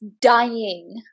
dying